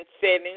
setting